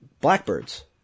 blackbirds